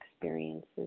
experiences